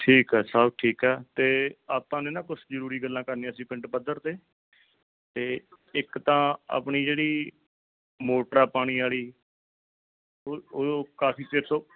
ਠੀਕ ਆ ਸਭ ਠੀਕ ਆ ਅਤੇ ਆਪਾਂ ਨੇ ਨਾ ਕੁਛ ਜ਼ਰੂਰੀ ਗੱਲਾਂ ਕਰਨੀਆਂ ਸੀ ਪਿੰਡ ਪੱਧਰ 'ਤੇ ਅਤੇ ਇੱਕ ਤਾਂ ਆਪਣੀ ਜਿਹੜੀ ਮੋਟਰ ਆ ਪਾਣੀ ਵਾਲੀ ਉ ਉਹ ਕਾਫੀ ਚਿਰ ਤੋਂ